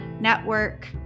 Network